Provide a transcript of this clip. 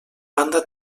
banda